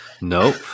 Nope